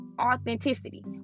authenticity